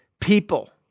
People